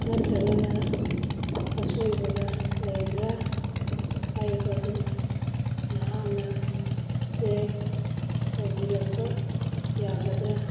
ꯅꯠꯇ꯭ꯔꯒꯅ ꯑꯁꯣꯏꯕꯒ ꯂꯩꯕ꯭ꯔꯥ ꯍꯥꯏꯔꯤꯕꯗꯨ ꯅꯍꯥꯛꯅ ꯆꯦꯛ ꯇꯧꯕꯤꯔꯛꯄ ꯌꯥꯒꯗ꯭ꯔꯥ